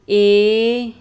A